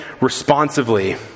responsively